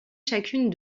chacune